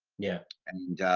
yeah, and ah,